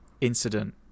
incident